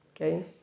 okay